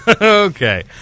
Okay